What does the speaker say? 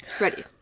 Ready